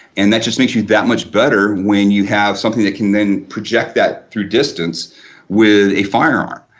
and that just makes you that much better when you have something that can then project that through distance with a firearm.